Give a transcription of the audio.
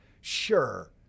Sure